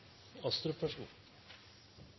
Astrup